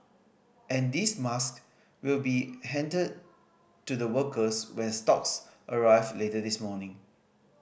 and these mask will be handed to the workers when stocks arrive later this morning